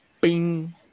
Bing